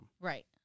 Right